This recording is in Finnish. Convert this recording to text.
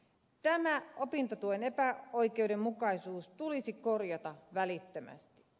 tämä opintotuen epäoikeudenmukaisuus tulisi korjata välittömästi